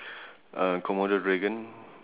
a komodo dragon